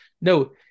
no